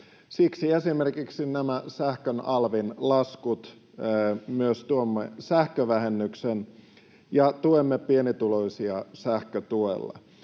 esimerkiksi nämä sähkön alvin laskut, ja myös tuomme sähkövähennyksen ja tuemme pienituloisia sähkötuella.